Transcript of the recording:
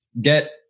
get